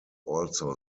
also